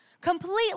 Completely